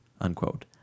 unquote